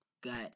got